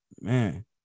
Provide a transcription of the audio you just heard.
Man